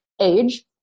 age